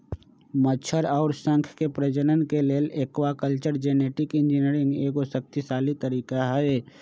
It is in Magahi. मछर अउर शंख के प्रजनन के लेल एक्वाकल्चर जेनेटिक इंजीनियरिंग एगो शक्तिशाली तरीका हई